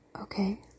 Okay